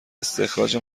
استخراج